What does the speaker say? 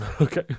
Okay